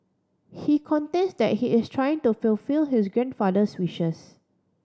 he contends that he is trying to fulfil his grandfather's wishes